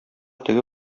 теге